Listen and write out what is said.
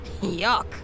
yuck